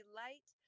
light